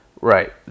Right